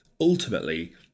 ultimately